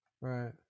Right